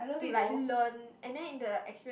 to like learn and then in the experience